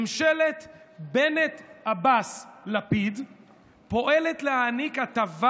ממשלת בנט-עבאס-לפיד פועלת להעניק הטבה